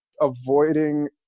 avoiding